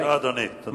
לא, אדוני, תודה.